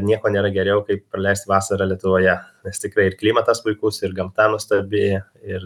nieko nėra geriau kaip praleisti vasarą lietuvoje nes tikrai ir klimatas puikus ir gamta nuostabi ir